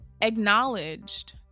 acknowledged